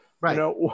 Right